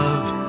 Love